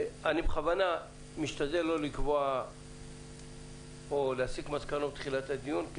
אני בכוונה משתדל לא לקבוע או להסיק מסקנות בתחילת הדיון כי